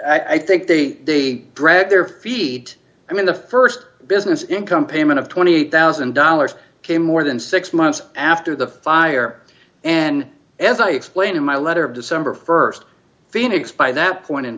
i think the drag their feet i mean the st business income payment of twenty eight thousand dollars came more than six months after the fire and as i explained in my letter december st phoenix by that point in